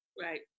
Right